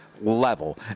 level